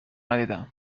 ندیدم